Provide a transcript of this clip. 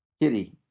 Kitty